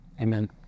Amen